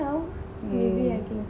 hmm